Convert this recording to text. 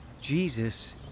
Jesus